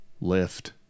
lift